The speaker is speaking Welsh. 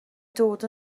dod